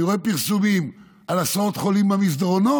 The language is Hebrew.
אני רואה פרסומים על עשרות חולים במסדרונות.